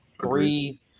Three